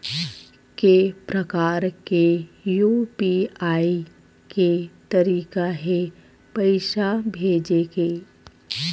के प्रकार के यू.पी.आई के तरीका हे पईसा भेजे के?